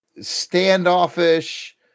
standoffish